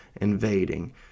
invading